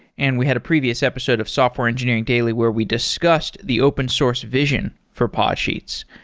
and we had a previous episode of software engineering daily where we discussed the open source vision for podsheets.